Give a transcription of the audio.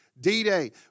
D-Day